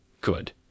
good